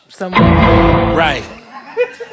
Right